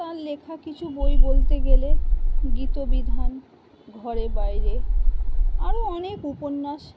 তার লেখা কিছু বই বলতে গেলে গীতবিতান ঘরে বাইরে আরো অনেক উপন্যাস